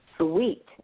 sweet